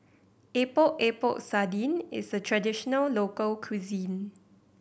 Epok Epok Sardin is a traditional local cuisine